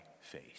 face